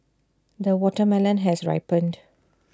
the watermelon has ripened